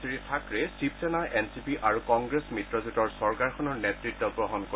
শ্ৰীথাকৰেই Shivsena NCP আৰু Congress মিত্ৰজোঁটৰ চৰকাৰখনৰ নেতৃত্ব বহন কৰিব